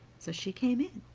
so she came in.